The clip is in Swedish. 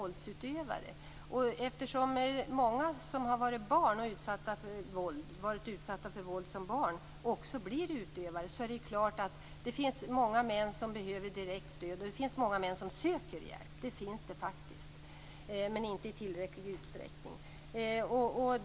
Eftersom många som har varit utsatta för våld som barn också blir utövare är det många män som behöver direkt stöd. Det är också många män som söker hjälp, men inte i tillräcklig utsträckning.